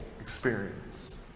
experience